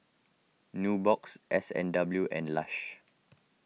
Nubox S and W and Lush